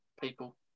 People